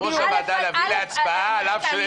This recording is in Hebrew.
שיופעל על יושב-ראש הוועדה להביא להצבעה על אף שאין פתרונות.